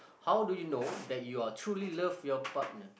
how do you know that you are truly love your partner